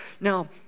Now